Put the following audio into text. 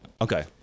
Okay